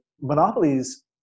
monopolies